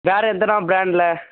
வேறு எதனா ப்ராண்டில்